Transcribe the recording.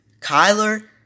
Kyler